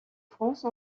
france